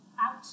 Out